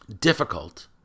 difficult